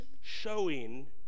showing